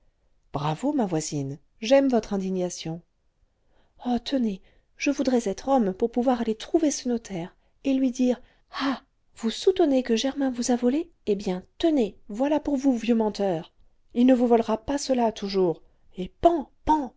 bravo ma voisine j'aime votre indignation oh tenez je voudrais être homme pour pouvoir aller trouver ce notaire et lui dire ah vous soutenez que germain vous a volé eh bien tenez voilà pour vous vieux menteur il ne vous volera pas cela toujours et pan pan